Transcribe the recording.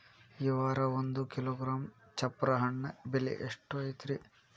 ಈ ವಾರ ಒಂದು ಕಿಲೋಗ್ರಾಂ ಚಪ್ರ ಹಣ್ಣ ಬೆಲೆ ಎಷ್ಟು ಐತಿ?